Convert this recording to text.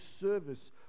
Service